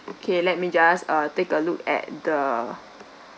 okay let me just uh take a look at the